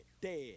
dead